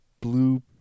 blue